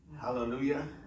Hallelujah